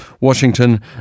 Washington